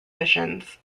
missions